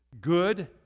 good